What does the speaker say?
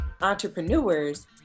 entrepreneurs